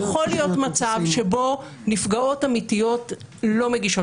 יכול להיות מצב שבו נפגעות אמיתיות לא מגישות